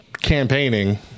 campaigning